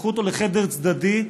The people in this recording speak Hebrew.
לקחו אותו לחדר צדדי,